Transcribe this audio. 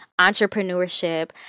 entrepreneurship